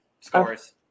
Scores